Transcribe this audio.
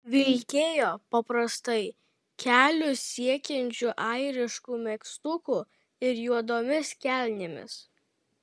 vilkėjo paprastai kelius siekiančiu airišku megztuku ir juodomis kelnėmis